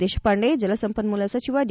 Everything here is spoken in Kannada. ದೇಶಪಾಂಡೆ ಜಲ ಸಂಪನ್ನೂಲ ಸಚಿವ ಡಿ